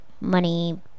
money